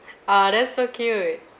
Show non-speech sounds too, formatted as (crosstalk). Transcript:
(breath) !aww! that's so cute